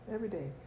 Everyday